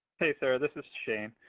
hey sarah, this is shane.